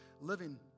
living